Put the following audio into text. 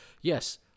yes